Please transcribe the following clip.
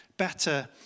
better